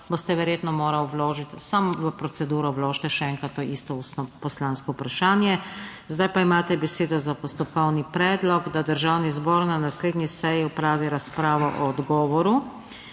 boste verjetno morali vložiti. Samo v proceduro vložite še enkrat to isto ustno poslansko vprašanje. Zdaj pa imate besedo za postopkovni predlog, da državni zbor na naslednji seji opravi razpravo o odgovoru,